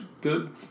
good